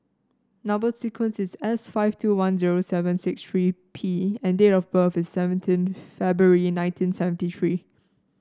number sequence is S five two one zero seven six three P and date of birth is seventeen February nineteen seventy three